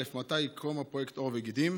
1. מתי יקרום הפרויקט עור וגידים?